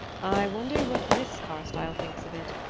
i wonder what miss carstyle thinks of it?